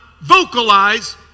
vocalize